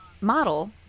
model